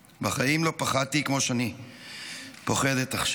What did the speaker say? בחיים לא פחדתי כמו שאני פוחדת עכשיו.